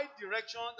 direction